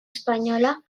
espanyola